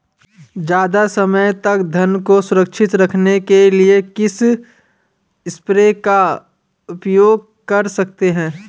ज़्यादा समय तक धान को सुरक्षित रखने के लिए किस स्प्रे का प्रयोग कर सकते हैं?